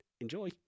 Enjoy